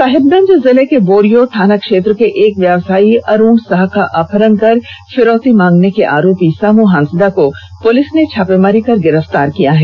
साहिबगंज जिले के बोरियो थाना क्षेत्र के एक व्यवसायी अरूण साह का अपहरण कर फिरौती मांगने के आरोपी सामू हांसदा को पूलिस ने छापेमारी कर गिरफ्तार कर लिया है